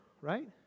right